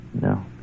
No